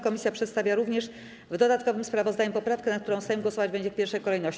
Komisja przedstawia również w dodatkowym sprawozdaniu poprawkę, nad którą Sejm głosował będzie w pierwszej kolejności.